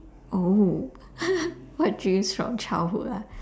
oh what dreams from childhood ah